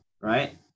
right